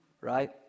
Right